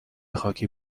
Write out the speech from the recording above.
خاکی